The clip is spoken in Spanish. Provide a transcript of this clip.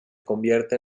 convierte